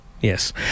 yes